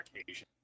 occasion